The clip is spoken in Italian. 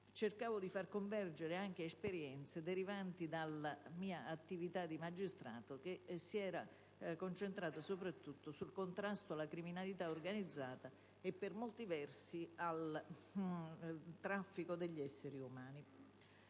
cercavo di far convergere anche esperienze derivanti dalla mia attività di magistrato, che si era concentrata soprattutto sul contrasto alla criminalità organizzata e, per molti versi, al traffico degli esseri umani.